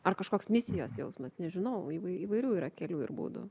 ar kažkoks misijos jausmas nežinau įvai įvairių yra kelių ir būdų